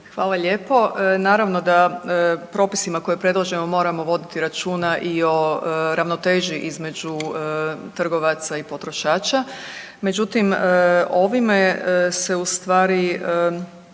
Hvala lijepo. Naravno da propisima koje predlažemo moramo voditi računa i o ravnoteži između trgovaca i potrošača, međutim ovime se ustvari